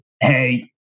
hey